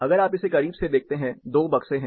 अगर आप इसे करीब से देखते हैं 2 बक्से हैं